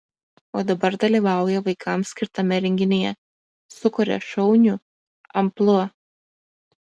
o dabar dalyvauja vaikams skirtame renginyje sukuria šaunių amplua